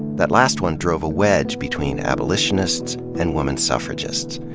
that last one drove a wedge between abolitionists and woman suffragists.